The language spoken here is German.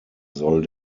soll